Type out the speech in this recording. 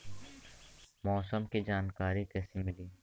मौसम के जानकारी कैसे मिली?